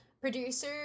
Producer